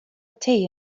tea